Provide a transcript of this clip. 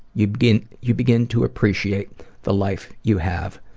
you begin you begin to appreciate the life you have.